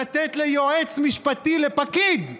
לתת ליועץ משפטי, לפקיד,